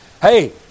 Hey